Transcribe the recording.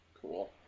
Cool